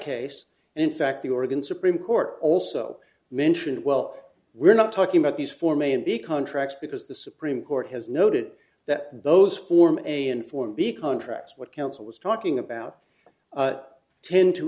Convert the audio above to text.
case and in fact the oregon supreme court also mentioned well we're not talking about these four main big contracts because the supreme court has noted that those form a and form b contracts what counsel was talking about tend to